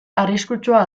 arriskutsua